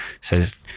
says